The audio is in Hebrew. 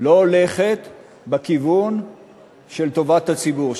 לא הולכת בכיוון של טובת הציבור,